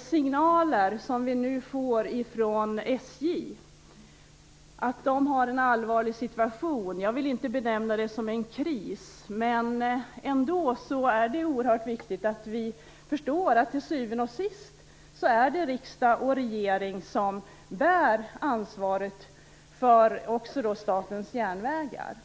signaler som vi nu får från SJ om att SJ:s situation är allvarlig. Jag vill inte benämna det som en kris. Men det är ändå oerhört viktigt att vi förstår att till syvende och sist är det riksdag och regering som bär ansvaret för Statens järnvägar.